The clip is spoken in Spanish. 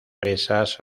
presas